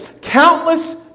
countless